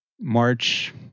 March